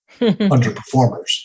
underperformers